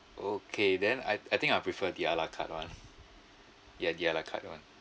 okay then I I think I prefer the a la carte [one] ya the a la carte [one]